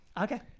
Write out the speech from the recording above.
okay